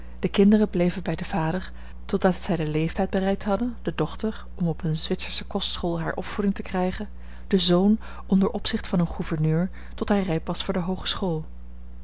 de kinderen bleven bij den vader totdat zij den leeftijd bereikt hadden de dochter om op eene zwitsersche kostschool hare opvoeding te krijgen de zoon onder opzicht van een gouverneur tot hij rijp was voor de hoogeschool